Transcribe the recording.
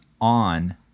on